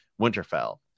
Winterfell